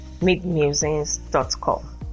midmusings.com